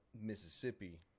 Mississippi